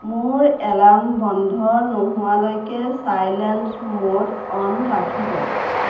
মোৰ এলাৰ্ম বন্ধ নোহোৱালৈকে চাইলেণ্ট ম'ড অ'ন ৰাখিব